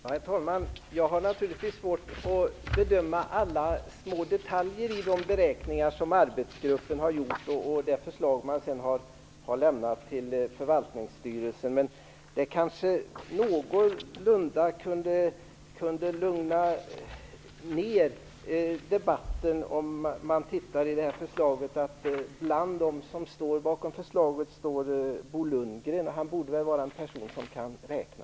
Herr talman! Jag har naturligtvis svårt att bedöma alla små detaljer i de beräkningar som arbetsgruppen har gjort och i det förslag den sedan har lämnat till förvaltningsstyrelsen. Det kan kanske lugna ned debatten något om man vet att bland dem som står bakom förslaget finns Bo Lundgren. Han borde väl vara en person som kan räkna.